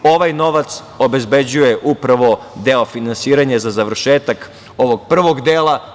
Ovaj novac obezbeđuje upravo deo finansiranja za završetak ovog prvog dela.